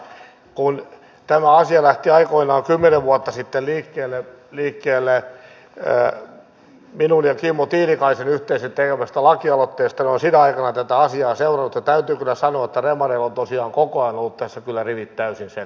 kun tämä asia lähti aikoinaan kymmenen vuotta sitten liikkeelle minun ja kimmo tiilikaisen yhdessä tekemästä lakialoitteesta minä olen sinä aikana tätä asiaa seurannut ja täytyy kyllä sanoa että demareilla ovat tosiaan koko ajan olleet tässä kyllä rivit täysin sekaisin